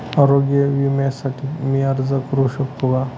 आरोग्य विम्यासाठी मी अर्ज करु शकतो का?